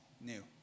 new